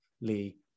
Lee